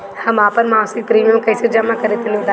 हम आपन मसिक प्रिमियम कइसे जमा करि तनि बताईं?